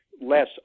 less